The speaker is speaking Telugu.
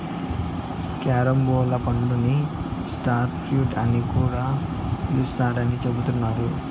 క్యారంబోలా పండుని స్టార్ ఫ్రూట్ అని కూడా పిలుత్తారని చెబుతున్నారు